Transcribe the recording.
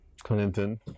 Clinton